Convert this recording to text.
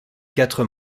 quatre